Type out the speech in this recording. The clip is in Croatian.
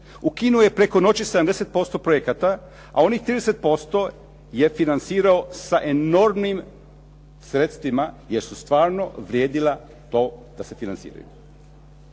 Ukinuo je preko noći 70% projekata a onih 30% je financirao sa enormnim sredstvima jer su stvarno vrijedila to da se financiraju.